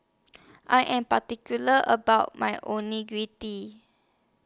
I Am particular about My Onigiri